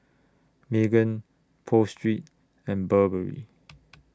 Megan Pho Street and Burberry